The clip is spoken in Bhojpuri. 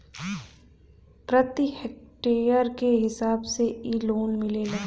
प्रति हेक्टेयर के हिसाब से इ लोन मिलेला